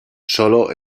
sólo